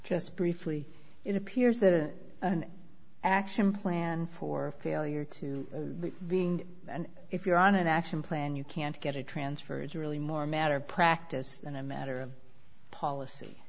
briefly it appears that it is an action plan for failure to being an if you're on an action plan you can't get a transfer it's really more a matter of practice than a matter of policy